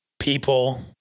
people